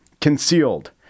concealed